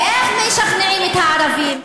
ואיך משכנעים את הערבים?